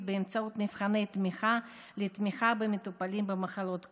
באמצעות מבחני תמיכה לתמיכה במטופלים במחלות קשות,